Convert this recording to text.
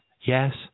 Yes